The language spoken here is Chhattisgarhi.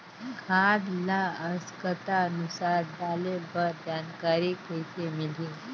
खाद ल आवश्यकता अनुसार डाले बर जानकारी कइसे मिलही?